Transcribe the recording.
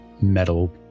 metal